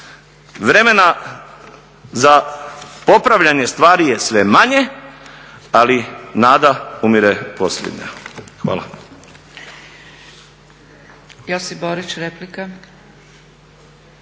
Vremena za popravljanje stvari je sve manje, ali nada umire posljednja. Hvala.